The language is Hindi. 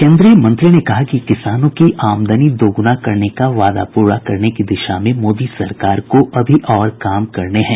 केंद्रीय मंत्री ने कहा कि किसानों की आमदनी दोगुना करने का वादा पूरा करने की दिशा में मोदी सरकार को अभी और भी काम करने हैं